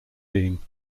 theme